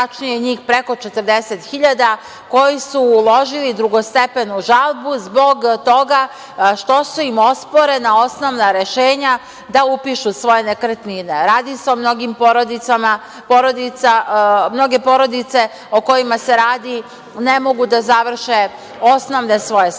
njih preko 40.000 koji su uložili drugostepenu žalbu zbog toga što su im osporena osnovna rešenja da upišu svoje nekretnine. Radi se o mnogim porodicama. Mnoge porodice o kojima se radi ne mogu da završe svoje osnovne